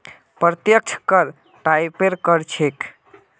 प्रत्यक्ष कर एक टाइपेर कर छिके